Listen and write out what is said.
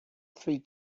three